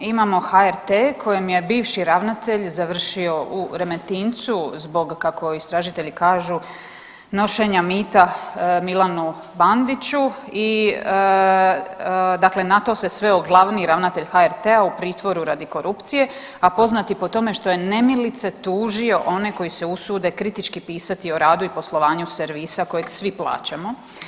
Imamo HRT kojem je bivši ravnatelj završio u Remetincu zbog, kako istražitelja kažu, nošenja mita Milanu Bandiću i dakle na to se sveo glavni ravnatelj HRT-a u pritvoru radi korupcije, a poznat je i po tome što je nemilice tužio one koji se usude kritički pisati o radu i poslovanju servisa kojeg svi plaćamo.